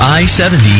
i-70